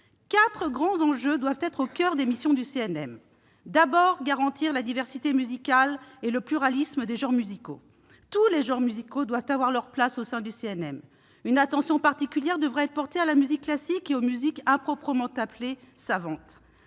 Quatre grands enjeux doivent être au coeur des missions du CNM. Il s'agit en premier lieu de garantir la diversité musicale et le pluralisme des genres musicaux : tous les genres musicaux doivent avoir leur place au sein du CNM. Une attention particulière devra être portée à la musique classique et aux musiques improprement appelées « savantes ».